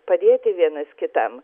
padėti vienas kitam